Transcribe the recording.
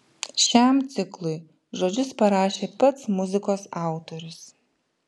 šiam ciklui žodžius parašė pats muzikos autorius